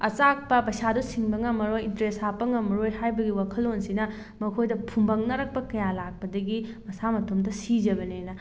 ꯑꯆꯥꯛꯄ ꯄꯩꯁꯥꯗꯣ ꯁꯤꯡꯕ ꯉꯝꯃꯔꯣꯏ ꯏꯟꯇꯔꯦꯁ ꯍꯥꯞꯄ ꯉꯝꯃꯔꯣꯏ ꯍꯥꯏꯕꯒꯤ ꯋꯥꯈꯜꯂꯣꯟꯁꯤꯅ ꯃꯈꯣꯏꯗ ꯐꯨꯝꯕꯪꯅꯔꯛꯄ ꯀꯌꯥ ꯂꯥꯛꯄꯗꯒꯤ ꯃꯁꯥ ꯃꯇꯣꯝꯗ ꯁꯤꯖꯕꯅꯦꯅ